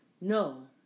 No